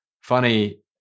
funny